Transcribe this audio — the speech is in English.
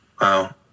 Wow